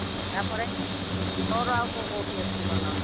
ତା'ପରେ ତୋର ଆଉ କେଉଁ କେଉଁଠି ଅଛି ମନ